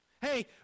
Hey